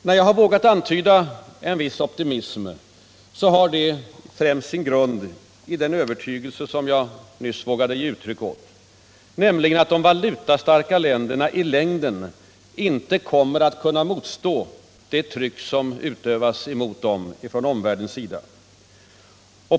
När jag vågat antyda en viss optimism, har det främst sin grund i den övertygelse som jag nyss gav uttryck åt, nämligen att de valutastarka länderna i längden inte kommer att kunna motstå det tryck som utövas mot dem från omvärldens sida.